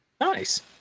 Nice